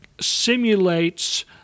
simulates